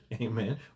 Amen